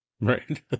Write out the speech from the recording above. Right